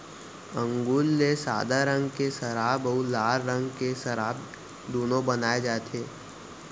अंगुर ले सादा रंग के सराब अउ लाल रंग के सराब दुनो बनाए जाथे